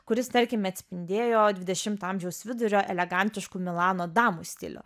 kuris tarkime atspindėjo dvidešimto amžiaus vidurio elegantiškų milano damų stilių